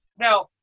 Now